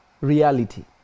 reality